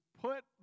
put